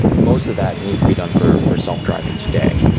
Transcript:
most of that needs to be done for for self-driving today.